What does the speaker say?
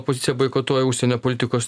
opozicija boikotuoja užsienio politikos